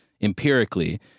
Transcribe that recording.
empirically